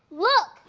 look!